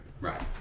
Right